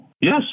Yes